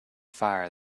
fire